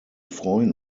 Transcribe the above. freuen